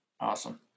Awesome